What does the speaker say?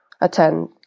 attend